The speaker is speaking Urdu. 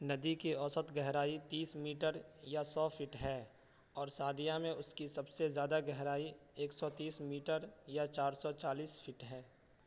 ندی کی اوسط گہرائی تیس میٹر یا سو فٹ ہے اور سادیہ میں اس کی سب سے زیادہ گہرائی ایک سو تیس میٹر یا چار سو چالیس فٹ ہے